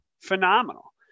phenomenal